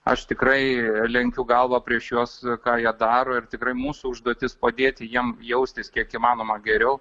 aš tikrai lenkiu galvą prieš juos ką jie daro ir tikrai mūsų užduotis padėti jiem jaustis kiek įmanoma geriau